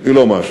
היא לא משהו,